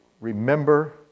remember